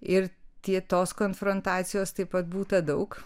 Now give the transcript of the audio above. ir tie tos konfrontacijos taip pat būta daug